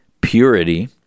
purity